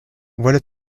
voilà